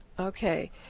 Okay